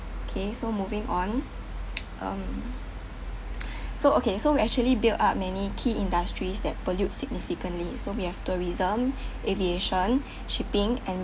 okay so moving on um so okay so we actually build up many key industries that pollute significantly so we have tourism aviation shipping and